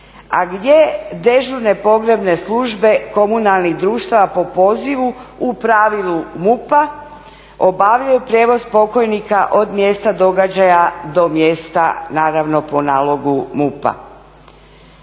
a gdje državne pogrebne službe komunalnih društava po pozivu u pravilu MUP-a obavljaju prijevoz pokojnika od mjesta događaja do mjesta naravno po nalogu MUP-a.